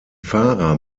fahrer